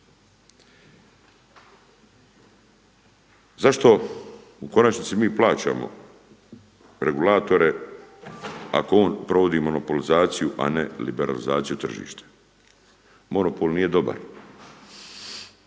Zašto u konačnici mi plaćamo regulatore ako on provodi monopolizaciju, a ne liberalizaciju tržišta. Monopol nije dobar.